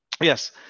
Yes